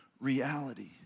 reality